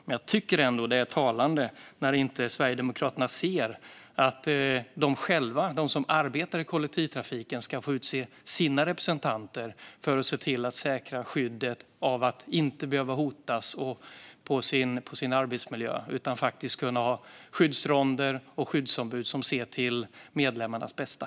Men jag tycker ändå att det är talande när inte Sverigedemokraterna anser att de som själva arbetar inom kollektivtrafiken ska få utse sina representanter för att se till att säkra skyddet så att man inte behöver hotas i sin arbetsmiljö utan kan ha skyddsronder och skyddsombud som ser till medlemmarnas bästa.